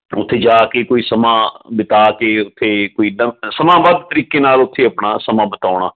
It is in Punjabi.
ਉੱਥੇ ਜਾ ਕੇ ਕੋਈ ਸਮਾਂ ਬਿਤਾ ਕੇ ਉਥੇ ਕੋਈ ਇਦਾਂ ਦਾ ਸਮਾਬੱਧ ਤਰੀਕੇ ਨਾਲ ਉਥੇ ਆਪਣਾ ਸਮਾਂ ਬਿਤਾਉਣਾ